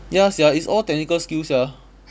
ya sia it's all technical skills sia